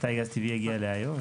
מתי גז טבעי יגיע לאיו"ש?